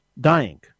dying